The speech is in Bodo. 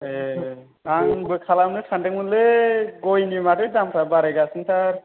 ए आंबो खालामनो सानदोंमोनलै गयनि माथो दामफ्रा माथो बारायगासिनो थार